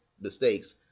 mistakes